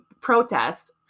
protests